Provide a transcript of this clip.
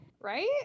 Right